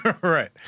Right